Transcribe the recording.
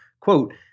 Quote